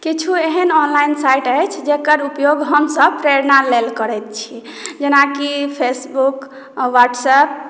किछु एहन online site अछि जकर उपयोग हमसभ प्रेरणा लेल करैत छी जेनाकि फेसबुक व्हाट्सएप